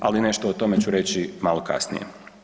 Ali, nešto o tome ću reći malo kasnije.